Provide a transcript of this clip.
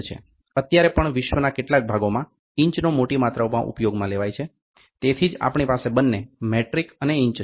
અત્યારે પણ વિશ્વના કેટલાંક ભાગોમાં ઇંચનો મોટી માત્રામાં ઉપયોગમાં લેવાય છે તેથી જ આપણી પાસે બંને મેટ્રિક અને ઇંચ છે